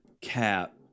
cap